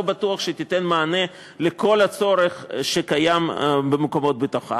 לא בטוח שהיא תיתן מענה לכל הצורך שקיים במקומות בתוכה.